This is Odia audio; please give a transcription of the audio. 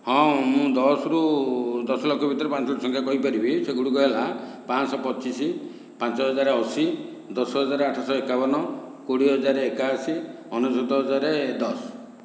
ହଁ ମୁଁ ଦଶରୁ ଦଶ ଲକ୍ଷ ଭିତରେ ପାଞ୍ଚଟି ସଂଖ୍ୟା କହିପାରିବି ସେଗୁଡ଼ିକ ହେଲା ପାଞ୍ଚଶହ ପଚିଶ ପାଞ୍ଚ ହଜାର ଅଶୀ ଦଶ ହଜାର ଆଠ ଶହ ଏକାବନ କୋଡ଼ିଏ ହଜାର ଏକାଅଶୀ ଅନେଶ୍ୱତ ହଜାର ଦଶ